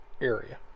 area